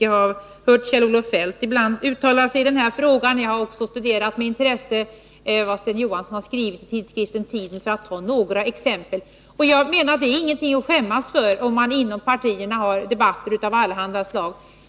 Jag har hört Kjell-Olof Feldt ibland uttala sig i den här frågan, och jag har också med intresse studerat vad Sten Johansson har skrivit i tidskriften Tiden, för att ta några exempel. Det är ingenting att skämmas för, menar jag, om man inom partierna har debatter av allehanda slag.